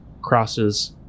crosses